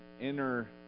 inner